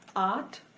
art,